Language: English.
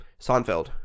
Seinfeld